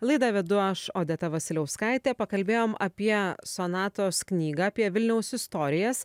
laidą vedu aš odeta vasiliauskaitė pakalbėjom apie sonatos knygą apie vilniaus istorijas